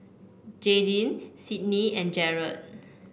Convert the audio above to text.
Jaidyn Sydney and Jered